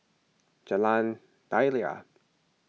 Jalan Daliah